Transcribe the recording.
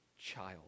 child